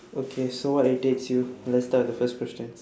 okay so what irritates you let's start with the first questions